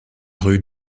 rue